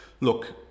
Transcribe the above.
look